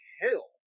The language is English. hell